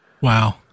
wow